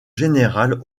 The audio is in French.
générale